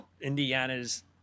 Indiana's